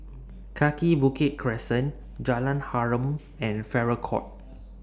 Kaki Bukit Crescent Jalan Harum and Farrer Court